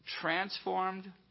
transformed